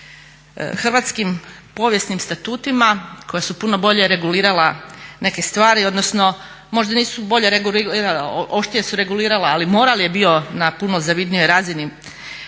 hrvatskim, povijesnim statutima koja su puno bolje regulirala neke stvari, odnosno možda nisu bolje regulirala, oštrije su regulirala ali moral je bio na puno zavidnijoj razini